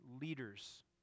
leaders